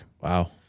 Wow